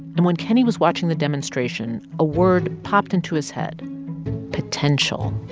and when kenney was watching the demonstration, a word popped into his head potential